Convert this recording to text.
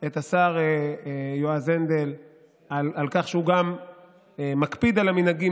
את השר יועז הנדל על כך שהוא גם מקפיד על המנהגים,